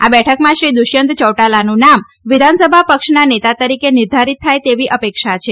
આ બેઠકમાં શ્રી દુષ્યંત ચૌટાલાનું નામ વિધાનસભ પક્ષના નેતા તરીકે નિર્ધારિત થાય તેવી અપેક્ષા છે